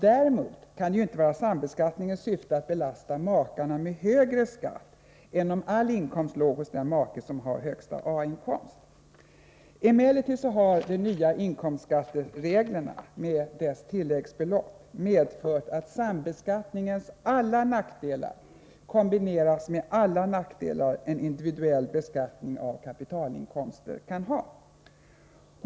Däremot kan det inte vara sambeskattningens syfte att belasta makarna med högre skatt än om all inkomst låg hos den make som har högst A-inkomst. Emellertid har de nya inkomstskattereglerna, med deras tilläggsbelopp, medfört att sambeskattningens alla nackdelar kombineras med alla de nackdelar som en individuell beskattning av kapitalinkomster kan ha.